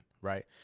Right